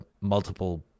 multiple